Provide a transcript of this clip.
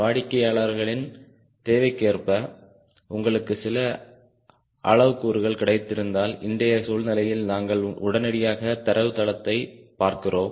வாடிக்கையாளர்களின் தேவைக்கேற்ப உங்களுக்கு சில அளவுருக்கள் கிடைத்திருந்தால் இன்றைய சூழ்நிலையில் நாங்கள் உடனடியாக தரவுத்தளத்தைப் பார்க்கிறோம்